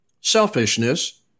selfishness